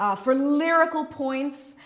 um for lyrical points,